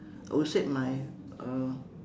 I would said my uh